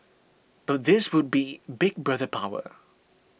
but this would be Big Brother power